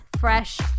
fresh